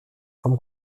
vom